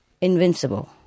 invincible